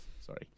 Sorry